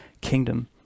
kingdom